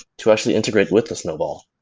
to actually integrate with the snowball.